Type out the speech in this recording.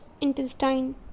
intestine